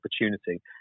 opportunity